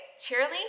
cheerily